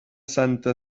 santa